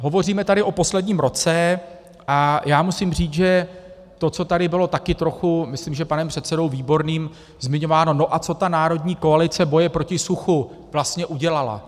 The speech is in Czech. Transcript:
Hovoříme tady o posledním roce a já musím říct, že to, co tady bylo taky trochu, myslím, že panem předsedou Výborným, zmiňováno: no a co ta národní koalice boje proti suchu vlastně udělala?